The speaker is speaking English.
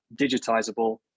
digitizable